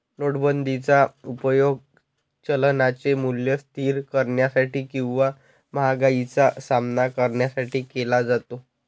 नोटाबंदीचा उपयोग चलनाचे मूल्य स्थिर करण्यासाठी किंवा महागाईचा सामना करण्यासाठी केला जातो